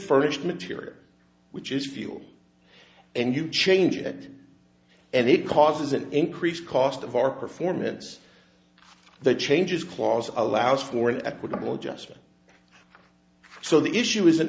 furnished material which is fuel and you change it and it causes an increased cost of our performance the changes clause allows for an equitable adjustment so the issue isn't